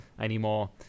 anymore